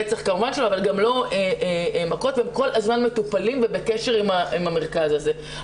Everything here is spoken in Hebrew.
רצח כמובן שלא אבל גם לא מכות והם כל הזמן מטופלים ובקשר עם המרכז הזה.